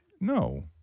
No